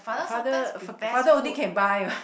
father father only can buy [what]